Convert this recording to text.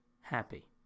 happy